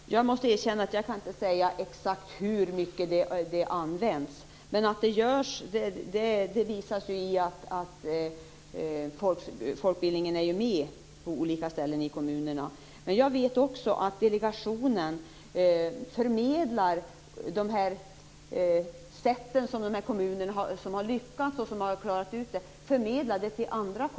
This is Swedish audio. Herr talman! Jag måste erkänna att jag inte kan säga exakt i hur stor utsträckning möjligheterna används. Men att det görs visas ju i att folkbildningen är med på olika ställen i kommunerna. Jag vet också att delegationen förmedlar till andra kommuner de sätt på vilka vissa kommuner har lyckats.